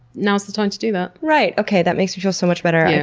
now's the time to do that. right. okay, that makes me feel so much better.